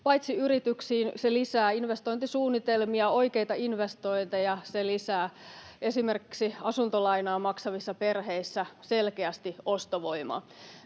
yrityksiin — se lisää investointisuunnitelmia, oikeita investointeja —, se myös lisää esimerkiksi asuntolainaa maksavissa perheissä selkeästi ostovoimaa.